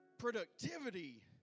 productivity